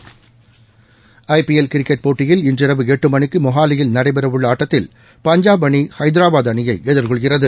விளையாட்டுச்செய்தி I P L cricket போட்டியில் இன்றிரவு எட்டு மணிக்கு மொஹாலியில் நடைபெற உள்ள ஆட்டத்தில் பஞ்சாப் அணி ஐதராபாத் அணியை எதிர்கொள்கிறது